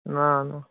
না নাহ